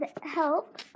help